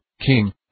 King